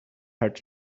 had